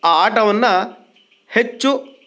ಆ ಆಟವನ್ನು ಹೆಚ್ಚು